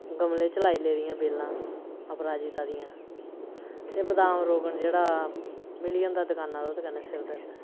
गमले च लाई लेदियां बेलां अपराजिता दियां ते बदाम रोगन जेह्डा मिली जंदा दकाने परा ओह्दे कन्नै सिर दर्द